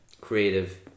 creative